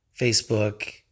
facebook